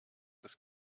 das